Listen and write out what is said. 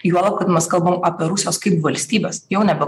juolab kad mes kalbam apie rusijos kaip valstybės jau nebe